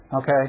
Okay